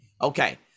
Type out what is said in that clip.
Okay